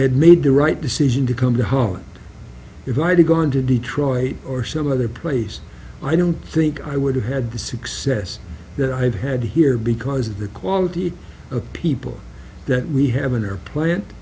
had made the right decision to come to holland if i to gone to detroit or some other place i don't think i would have had the success that i've had here because of the quality of people that we have an airplan